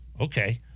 okay